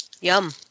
Yum